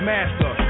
Master